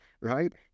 right